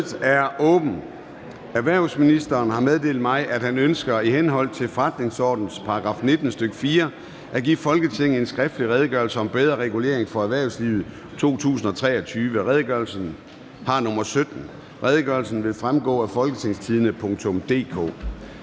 Erhvervsministeren (Morten Bødskov) har meddelt mig, at han ønsker i henhold til forretningsordenens § 19, stk. 4, at give Folketinget en skriftlig Redegørelse om bedre regulering for erhvervslivet 2023. (Redegørelse nr. R 17). Redegørelsen vil fremgå af www.folketingstidende.dk.